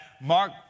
Mark